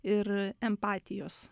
ir empatijos